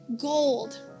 gold